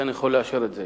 אכן אני יכול לאשר את זה,